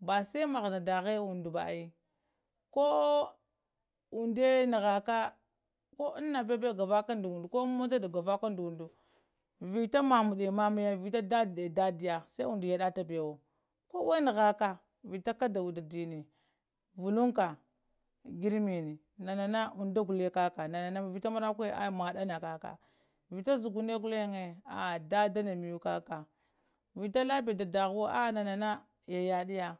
Ba sai maha nda ɗaha undu baai koh unɗda nahaka koh anɗage naho ka unɗu koh an mota ɗagavaka nda unɗu vita mamaɗe mamiya vita dade dadaiya basan unɗa yaddatabewo kowa nahgka vita unɗa kaɗɗade vuka nka girimini nana unɗa gullehe kaka vita marayuya nana ma maddana kaka vita zuguniya gullen nana ɗaddana kakah vita labb ta ɗahowo nana yayade kaka